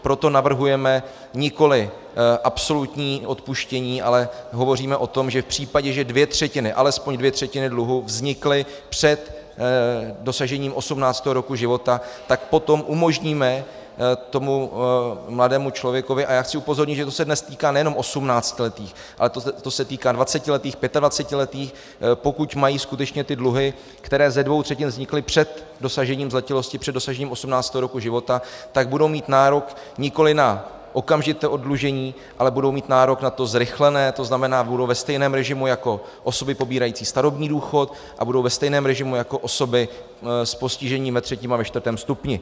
Proto navrhujeme nikoli absolutní odpuštění, ale hovoříme o tom, že v případě, že alespoň dvě třetiny dluhu vznikly před dosažením 18. roku života, tak potom umožníme tomu mladému člověku a já chci upozornit, že to se dnes týká nejenom 18letých, ale to se týká 20letých, 25letých, pokud mají skutečně ty dluhy, které ze dvou třetin vznikly před dosažením zletilosti, před dosažením 18. roku života, tak budou mít nárok nikoli na okamžité oddlužení, ale budou mít nárok na to zrychlené, tzn. budou ve stejném režimu jako osoby pobírající starobní důchod a budou ve stejném režimu jako osoby s postižením ve třetím a ve čtvrtém stupni.